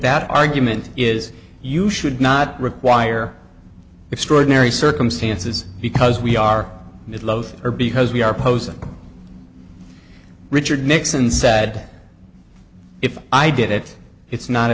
that argument is you should not require extraordinary circumstances because we are in love or because we are opposing richard nixon said if i did it it's not